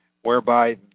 whereby